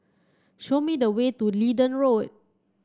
show me the way to Leedon Road